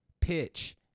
pitch